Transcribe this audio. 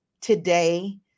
today